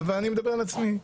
ואני מדבר על עצמי.